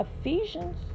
Ephesians